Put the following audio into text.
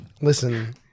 listen